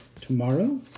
Tomorrow